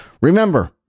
Remember